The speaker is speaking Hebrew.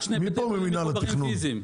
מי פה ממינהל התכנון?